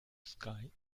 sky